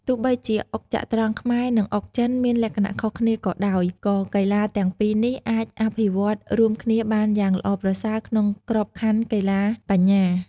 ទោះបីជាអុកចត្រង្គខ្មែរ និងអុកចិនមានលក្ខណៈខុសគ្នាក៏ដោយ ក៏កីឡាទាំងពីរនេះអាចអភិវឌ្ឍន៍រួមគ្នាបានយ៉ាងល្អប្រសើរក្នុងក្របខ័ណ្ឌកីឡាបញ្ញា។